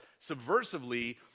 subversively